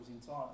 inside